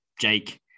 Jake